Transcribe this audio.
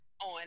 on